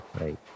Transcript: right